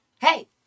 hey